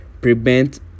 prevent